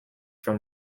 from